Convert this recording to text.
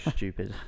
Stupid